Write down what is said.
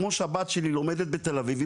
כמו שהבת שלי לומדת בתל אביב,